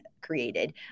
created